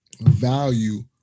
value